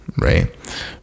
right